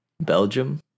Belgium